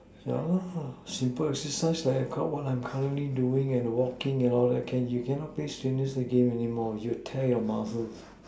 ya lah simple exercise like what I'm currently doing and walking and all that can you cannot play strenuous game anymore you'll tear your muscles